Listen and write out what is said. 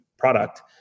product